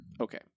Okay